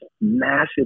massive